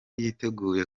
yiteguye